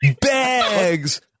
bags